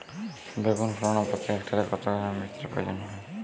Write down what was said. বেগুন ফলনে প্রতি হেক্টরে কত গ্রাম বীজের প্রয়োজন হয়?